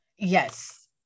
Yes